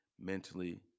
mentally